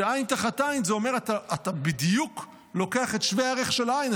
ש"עין תחת עין" זה אומר שאתה לוקח בדיוק את שווה הערך של העין,